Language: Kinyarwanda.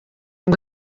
ngo